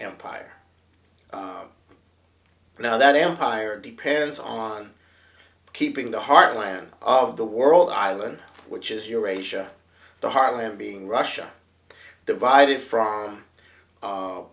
empire now that empire depends on keeping the heartland of the world island which is eurasia the heartland being russia divided from